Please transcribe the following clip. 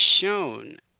shown